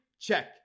Check